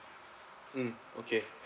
mm okay